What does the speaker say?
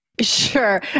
Sure